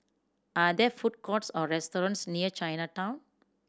are there food courts or restaurants near Chinatown